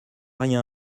rien